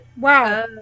wow